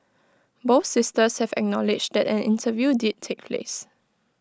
both sisters have acknowledged that an interview did take place